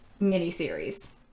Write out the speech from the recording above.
miniseries